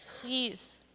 please